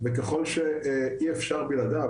וככל שאי אפשר בלעדיו,